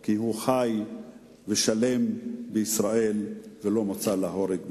כי הוא חי ושלם בישראל ולא מוצא להורג בסוריה.